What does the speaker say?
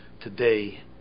today